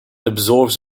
absorbs